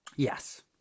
Yes